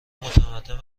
متمدن